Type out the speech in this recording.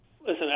listen